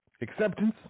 acceptance